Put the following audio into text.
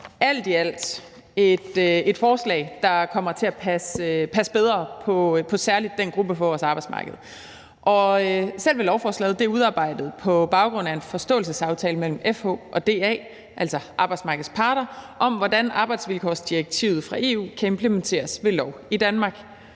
alt i alt et forslag, der kommer til at passe bedre på særlig den gruppe på vores arbejdsmarked. Selve lovforslaget er udarbejdet på baggrund af en forståelsesaftale mellem FH og DA, altså arbejdsmarkedets parter, om, hvordan arbejdsvilkårsdirektivet fra EU kan implementeres ved lov i Danmark.